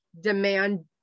demand